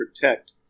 protect